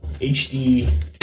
HD